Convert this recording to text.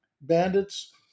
Bandits